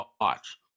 watch